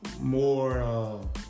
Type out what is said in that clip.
more